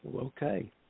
Okay